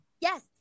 Yes